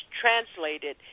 translated